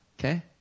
Okay